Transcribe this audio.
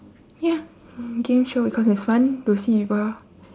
ya game show because it's fun to see people